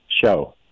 show